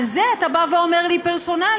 על זה אתה בא ואומר לי: פרסונלי,